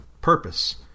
purpose